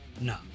no